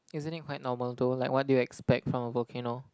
isn't it quite normal though like what do you expect from a volcano